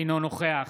אינו נוכח